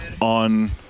on –